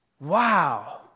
Wow